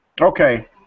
Okay